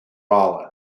rollin